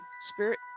spirit